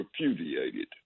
repudiated